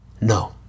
No